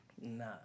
no